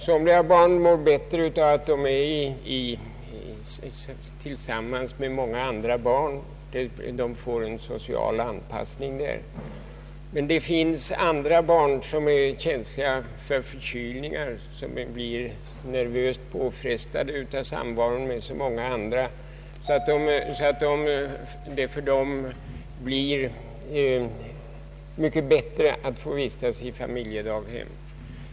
Somliga barn mår bättre av att vara tillsammans med många andra barn, de får då en social anpassning. Men det finns andra barn som är känsliga för förkylningar, och det finns barn för vilka samvaron med många andra innebär en nervös påfrestning. För dessa barn är det mycket bättre att få vistas i familjedaghem.